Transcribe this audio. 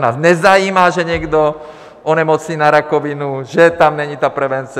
Nás nezajímá, že někdo onemocní na rakovinu, že tam není ta prevence.